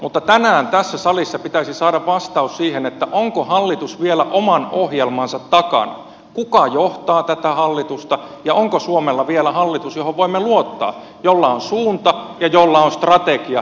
mutta tänään tässä salissa pitäisi saada vastaus siihen onko hallitus vielä oman ohjelmansa takana kuka johtaa tätä hallitusta ja onko suomella vielä hallitus johon voimme luottaa jolla on suunta ja jolla on strategia